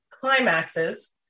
climaxes